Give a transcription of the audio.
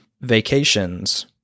vacations